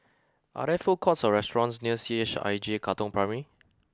are there food courts or restaurants near C H I J Katong Primary